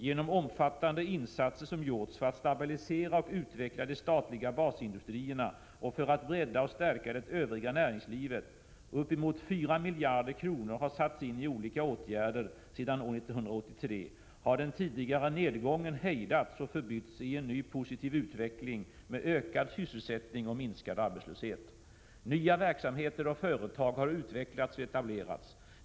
Genom de omfattande insatser som gjorts för att stabilisera och utveckla de statliga basindustrierna och för att bredda och stärka det övriga näringslivet — uppemot 4 miljarder kronor har satts in i olika åtgärder sedan år 1983 — har den tidigare nedgången hejdats och förbytts i en ny positiv utveckling med ökad sysselsättning och minskad arbetslöshet. Nya verksamheter och företag har utvecklats och etablerats.